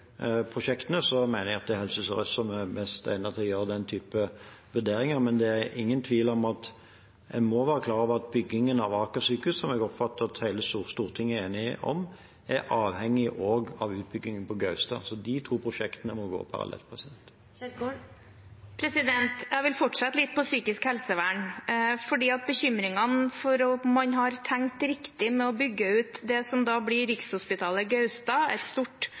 jeg at det er Helse Sør-Øst som er best egnet til å gjøre den type vurderinger. Men det er ingen tvil om at en må være klar over at byggingen av Aker sykehus, som jeg oppfatter at hele Stortinget er enige om, også er avhengig av utbyggingen på Gaustad, så de to prosjektene må gå parallelt. Jeg vil fortsette litt med psykisk helsevern på grunn av bekymringen for om man har tenkt riktig med tanke på å bygge ut det som da blir Rikshospitalet Gaustad, et stort